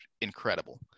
incredible